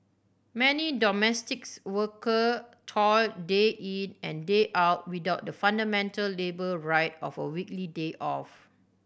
many domestics worker toil day in and day out without the fundamental labour right of a weekly day off